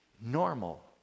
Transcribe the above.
normal